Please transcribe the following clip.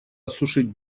осушить